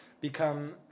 become